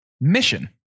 Mission